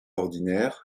ordinaires